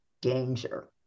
danger